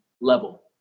level